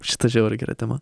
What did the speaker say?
šita žiauriai gera tema